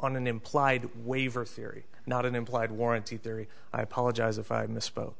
on an implied waiver theory not an implied warranty theory i apologize if i missp